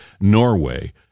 Norway